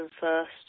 first